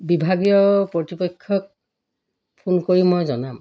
বিভাগীয় কৰ্তৃপক্ষক ফোন কৰি মই জনাম